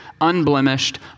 unblemished